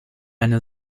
eine